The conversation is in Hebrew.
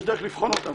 יש דרך לבחון אותה,